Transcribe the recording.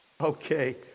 Okay